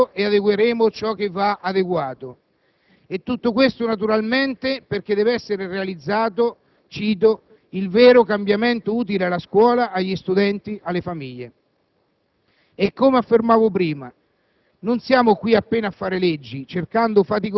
«Smonteremo ciò che va smontato, raddrizzeremo ciò che va raddrizzato e adegueremo ciò che va adeguato», e tutto questo naturalmente perché deve essere realizzato «il vero cambiamento utile alla scuola, agli studenti, alle famiglie».